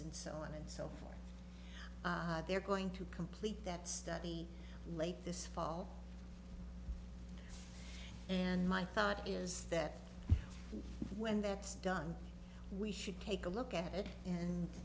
and so on and so forth they're going to complete that study late this fall and my thought is that when that's done we should take a look at it and